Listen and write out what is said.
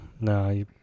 no